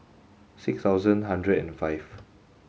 six thousand hundred and five